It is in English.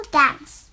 dance